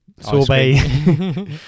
sorbet